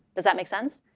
does that make sense?